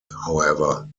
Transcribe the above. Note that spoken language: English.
however